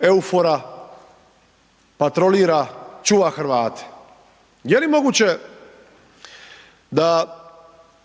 EUFOR-a, patrolira, čuva Hrvate. Je li moguće da